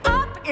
up